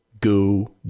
go